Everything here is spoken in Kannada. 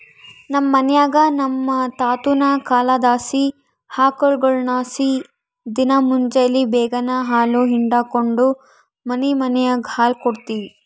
ನಮ್ ಮನ್ಯಾಗ ನಮ್ ತಾತುನ ಕಾಲದ್ಲಾಸಿ ಆಕುಳ್ಗುಳಲಾಸಿ ದಿನಾ ಮುಂಜೇಲಿ ಬೇಗೆನಾಗ ಹಾಲು ಹಿಂಡಿಕೆಂಡು ಮನಿಮನಿಗ್ ಹಾಲು ಕೊಡ್ತೀವಿ